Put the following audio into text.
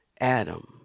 Adam